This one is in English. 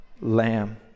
lamb